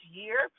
year